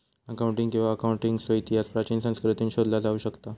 accounting किंवा अकाउंटन्सीचो इतिहास प्राचीन संस्कृतींत शोधला जाऊ शकता